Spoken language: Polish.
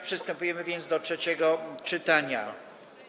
Przystępujemy zatem do trzeciego czytania.